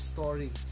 Story